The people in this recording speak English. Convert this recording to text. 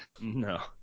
No